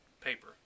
paper